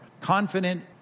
confident